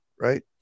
right